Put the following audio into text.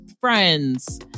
friends